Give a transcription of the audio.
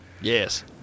Yes